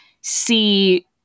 see